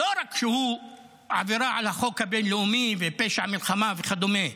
לא רק שהוא עבירה על החוק הבין-לאומי ופשע מלחמה וכדומה,